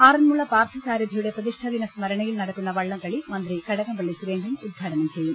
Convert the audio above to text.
ആറന്മുള പാർത്ഥ സാരഥിയുടെ പ്രതിഷ്ഠാ ദിന സ്മരണയിൽ നടക്കുന്ന വള്ളംകളി മന്ത്രി കടകംപള്ളി സുരേ ന്ദ്രൻ ഉദ്ഘാടനം ചെയ്യും